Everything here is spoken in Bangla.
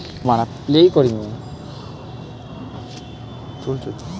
পাটের ইতিহাস দেখতে গেলে দেখা যায় যে সেটা সিন্ধু সভ্যতা থেকে যুগ যুগ ধরে চলে আসছে